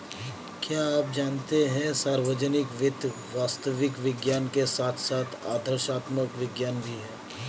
क्या आप जानते है सार्वजनिक वित्त वास्तविक विज्ञान के साथ साथ आदर्शात्मक विज्ञान भी है?